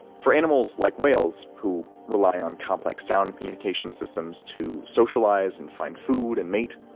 for animals like whales who rely on complex sound communication systems to socialize and find food and mate,